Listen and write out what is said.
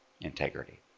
integrity